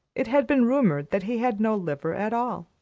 it had been rumored that he had no liver at all,